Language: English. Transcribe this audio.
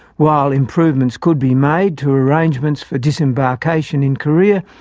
while improvements could be made to arrangements for disembarkation in korea,